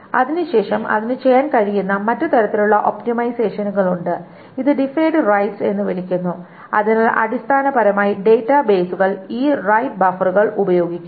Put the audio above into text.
അതിനുശേഷം അതിന് ചെയ്യാൻ കഴിയുന്ന മറ്റ് തരത്തിലുള്ള ഒപ്റ്റിമൈസേഷനുകൾ ഉണ്ട് ഇത് ഡിഫേർഡ് റൈറ്റ്സ് എന്ന് വിളിക്കപ്പെടുന്നു അതിനാൽ അടിസ്ഥാനപരമായി ഡാറ്റാബേസുകൾ ഈ റൈറ്റ് ബഫറുകൾ ഉപയോഗിക്കുന്നു